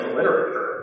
literature